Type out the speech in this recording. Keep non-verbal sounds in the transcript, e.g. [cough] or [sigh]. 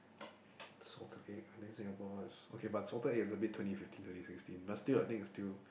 [breath] salted egg I think Singapore is okay but salted egg is a bit twenty fifteen twenty sixteen but still I think it's still